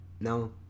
No